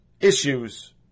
issues